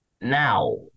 Now